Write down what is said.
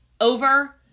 over